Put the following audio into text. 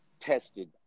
tested